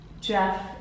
Jeff